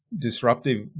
disruptive